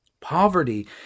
Poverty